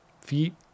Feet